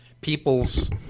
people's